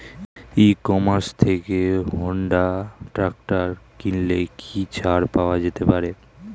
ই commerce থেকে Honda tractor কিনলে কি ছাড় পাওয়া যেতে পারে?